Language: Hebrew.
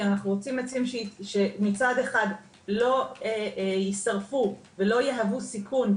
כי אנחנו רוצים עצים שלא יישרפו ולא יהוו סיכון,